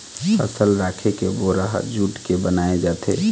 फसल राखे के बोरा ह जूट के बनाए जाथे